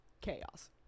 chaos